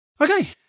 Okay